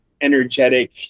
Energetic